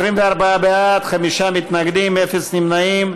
24 בעד, חמישה מתנגדים, אין נמנעים.